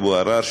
אבו עראר,